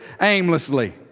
aimlessly